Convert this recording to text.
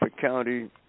County